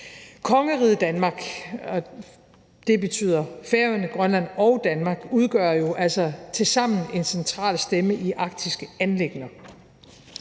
Kongeriget Danmark, og det betyder Færøerne, Grønland og Danmark, udgør jo tilsammen en central stemme i arktiske anliggender.